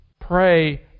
Pray